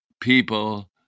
people